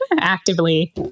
actively